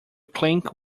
clink